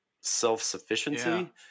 self-sufficiency